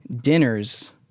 dinners